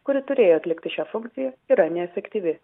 kuri turėjo atlikti šią funkciją yra neefektyvi